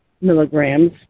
milligrams